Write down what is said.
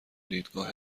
دیدگاه